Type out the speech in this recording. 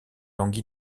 langue